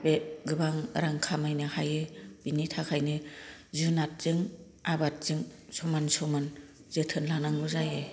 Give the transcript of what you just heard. बे गोबां रां खामायनो हायो बिनि थाखायनो जुनारजों आबादजों समान समान जोथोन लानांगौ जायो